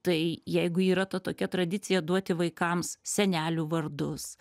tai jeigu yra ta tokia tradicija duoti vaikams senelių vardus